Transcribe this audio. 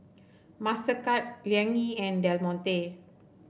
Mastercard Liang Yi and Del Monte